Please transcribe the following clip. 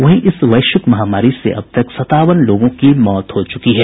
वहीं इस वैश्विक महामारी से अब तक सतावन लोगों की मौत हो चुकी है